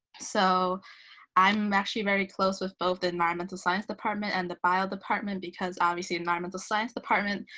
so i'm actually very close with both the environmental science department and the bio department because obviously environmental science department,